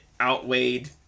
outweighed